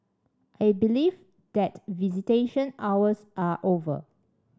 I believe that visitation hours are over